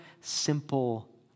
simple